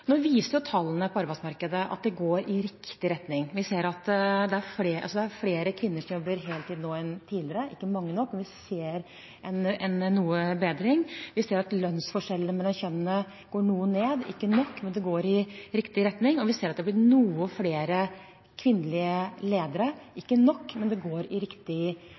Nå viser tallene på arbeidsmarkedet at det går i riktig retning. Vi ser at det er flere kvinner som jobber heltid nå enn tidligere – ikke mange nok, men vi ser noe bedring. Vi ser at lønnsforskjellene mellom kjønnene går noe ned – ikke nok, men det går i riktig retning. Vi ser at det er blitt noen flere kvinnelige ledere – ikke nok, men det går i riktig